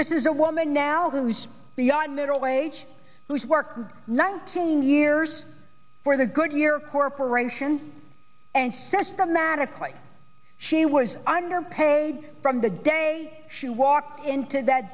this is a woman now who's beyond middle wage who's worked for nineteen years for the goodyear corporation and systematically she was underpaid from the day she walked into that